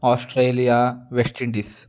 Australia West Indies